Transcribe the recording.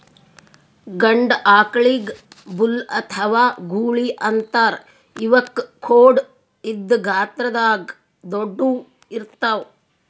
ಗಂಡ ಆಕಳಿಗ್ ಬುಲ್ ಅಥವಾ ಗೂಳಿ ಅಂತಾರ್ ಇವಕ್ಕ್ ಖೋಡ್ ಇದ್ದ್ ಗಾತ್ರದಾಗ್ ದೊಡ್ಡುವ್ ಇರ್ತವ್